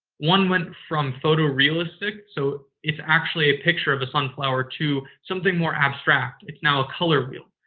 one went from photo realistic, so it's actually a picture of the sunflower, to something more abstract. it's now a color wheel.